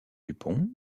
dupont